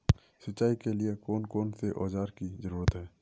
सिंचाई के लिए कौन कौन से औजार की जरूरत है?